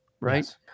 right